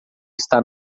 está